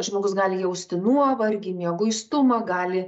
žmogus gali jausti nuovargį mieguistumą gali